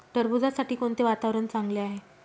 टरबूजासाठी कोणते वातावरण चांगले आहे?